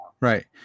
right